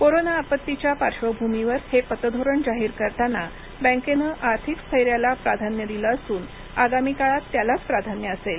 corona आपत्तीच्या पार्श्वभूमीवर हे पतधोरण जाहीर करताना बँकेनं आर्थिक स्थैर्याला प्राधान्य दिलं असून आगामी काळात त्यालाच प्राधान्य असेल